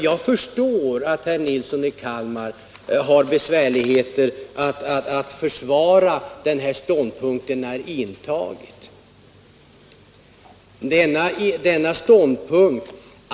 Jag förstår att herr Nilsson i Kalmar har besvärligheter med att försvara den ståndpunkt han har intagit.